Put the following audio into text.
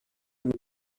n’est